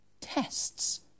tests